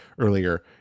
earlier